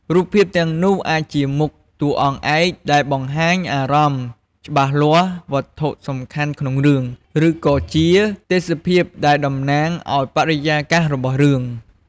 រូបភាពទាំងនោះអាចជាមុខតួអង្គឯកដែលបង្ហាញអារម្មណ៍ច្បាស់លាស់ វត្ថុសំខាន់ក្នុងរឿង ឬក៏ជាទេសភាពដែលតំណាងឱ្យបរិយាកាសរបស់រឿង ។